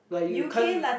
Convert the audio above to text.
like you can't